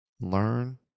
Learn